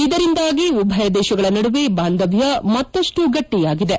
ಇದರಿಂದಾಗಿ ಉಭಯ ದೇಶಗಳ ನಡುವೆ ಭಾಂಧವ್ಯ ಮತ್ತಷ್ಟು ಗಟ್ಟಯಾಗಿದೆ